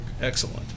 Excellent